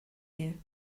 you